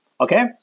okay